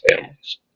families